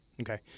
okay